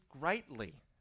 greatly